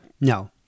No